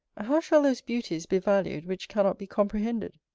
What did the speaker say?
how shall those beauties be valued, which cannot be comprehended?